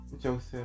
Joseph